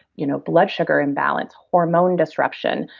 you know blood sugar imbalance, hormone disruption,